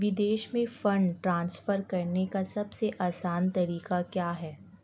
विदेश में fund transfer करने का सबसे आसान तरीका क्या है?